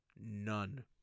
None